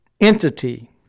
entity